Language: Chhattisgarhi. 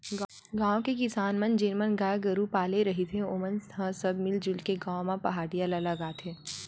गाँव के किसान मन जेन मन गाय गरु पाले रहिथे ओमन ह सब मिलजुल के गाँव म पहाटिया ल लगाथे